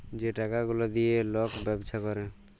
যে টাকা গুলা দিঁয়ে লক ব্যবছা ক্যরে